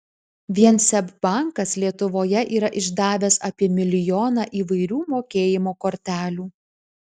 vien seb bankas lietuvoje yra išdavęs apie milijoną įvairių mokėjimo kortelių